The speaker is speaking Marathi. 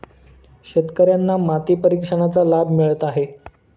शेतकर्यांना माती परीक्षणाचा लाभ मिळत आहे